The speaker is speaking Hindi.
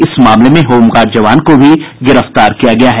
इस मामले में होमगार्ड जवान को भी गिरफ्तार किया गया है